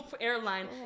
airline